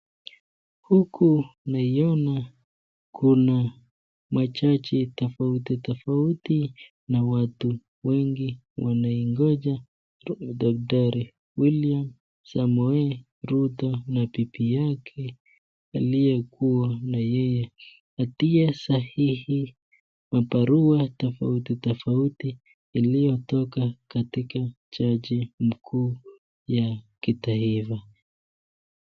Huku naiona kuna majaji tofauti tofauti na watu wengi wanaingoja Daktari William Samoei Ruto na bibi yake aliyekuwa na yeye, atie sahihi mabarua tofauti tofauti yaliotoka katoka jaji mkuu wa taifa ya Kenya.